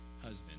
husband